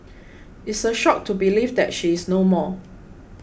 it's a shock to believe that she is no more